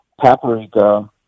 paprika